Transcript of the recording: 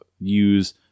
use